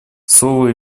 слово